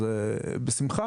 אז בשמחה,